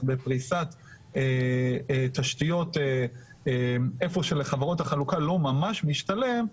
בפריסת תשתיות איפה שלחברות החלוקה לא ממש משתלם,